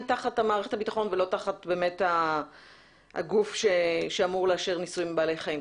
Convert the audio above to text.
תחת מערכת הביטחון ולא תחת הגוף שאמור לאשר ניסויים בבעלי חיים?